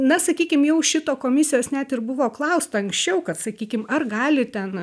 na sakykim jau šito komisijos net ir buvo klausta anksčiau kad sakykim ar gali ten